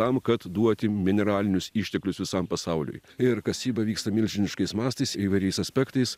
tam kad duoti mineralinius išteklius visam pasauliui ir kasyba vyksta milžiniškais mastais ir įvairiais aspektais